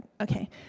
okay